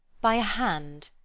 by a hand.